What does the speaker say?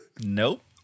Nope